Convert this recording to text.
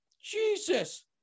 jesus